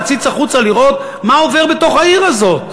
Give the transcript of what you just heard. להציץ החוצה לראות מה עובר בתוך העיר הזאת.